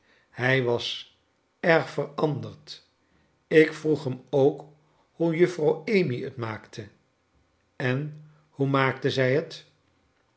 hij was erg veranderd ik vroeg hem ook hoe juffrouw amy het maakte en hoe maakte zij het